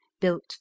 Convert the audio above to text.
built